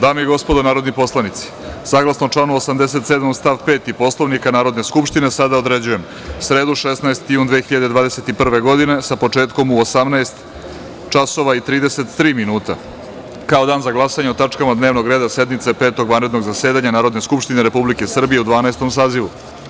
Dame i gospodo narodni poslanici, saglasno članu 87. stav 5. Poslovnika Narodne skupštine, sada određujem sredu, 16. jun 2021. godine, sa početkom u 18 časova i 33 minuta, kao dan za glasanje o tačkama dnevnog reda sednice Petog vanrednog zasedanja Narodne skupštine Republike Srbije u Dvanaestom sazivu.